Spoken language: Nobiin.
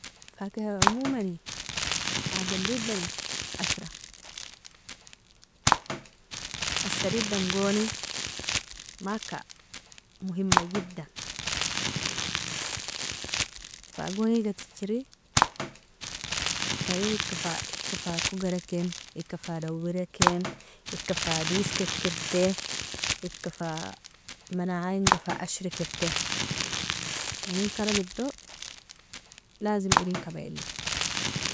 فاكهة emomani adamridani ashra, asri dan goni maka مهمة جدا, fagon igatichiri taren ika ika fa kogoraken, ika fa daowraken, ika fa diska ekirti, ika fa manainga, fa ashrekirte, inin karamido لازم iren kabieli.